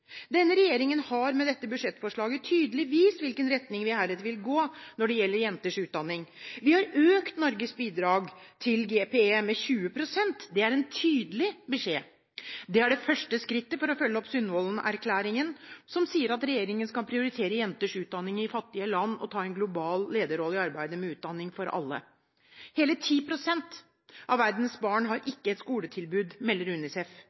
Denne regjeringen har med dette budsjettforslaget tydelig vist hvilken retning vi heretter vil gå når det gjelder jenters utdanning. Vi har økt Norges bidrag til GPE med 20 pst. – det er en tydelig beskjed. Det er det første skrittet for å følge opp Sundvolden-erklæringen, som sier at regjeringen skal prioritere jenters utdanning i fattige land, og ta en global lederrolle i arbeidet med utdanning for alle. Hele 10 pst. av verdens barn har ikke et skoletilbud, melder UNICEF.